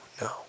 no